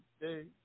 day